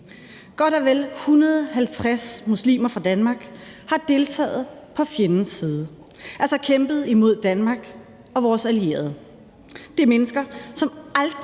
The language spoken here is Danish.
Godt og vel 150 muslimer fra Danmark har deltaget på fjendens side, altså kæmpet imod Danmark og vores allierede. Det er mennesker, som aldrig